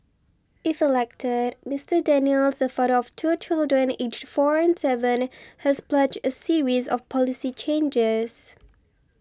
if elected Mister Daniels the father of two children aged four and seven has pledged a series of policy changes